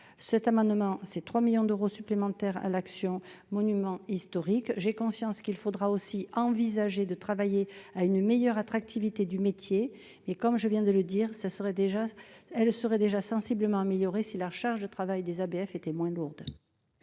cet amendement, c'est 3 millions d'euros supplémentaires à l'action, monuments historiques, j'ai conscience qu'il faudra aussi envisager de travailler à une meilleure attractivité du métier, mais comme je viens de le dire, ça serait déjà, elle serait déjà sensiblement améliorée si la charge de travail des ABF étaient moins lourdes.